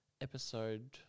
episode